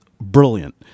brilliant